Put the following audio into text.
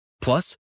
Plus